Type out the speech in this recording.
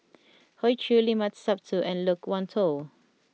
Hoey Choo Limat Sabtu and Loke Wan Tho